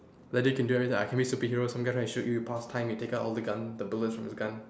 like that can do everything I can be superheroes take gun and shoot you pause time and we take out all the gun the bullets from the gun